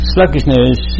Sluggishness